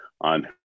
on